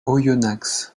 oyonnax